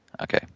Okay